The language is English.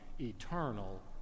eternal